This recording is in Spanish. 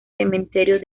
cementerio